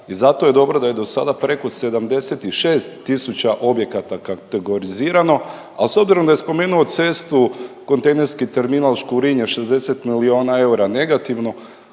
i zato je dobro da je dosada preko 76 tisuća objekata kategorizirano, a s obzirom da je spomenuo cestu kontejnerski terminal Škurinje 60 miliona eura negativno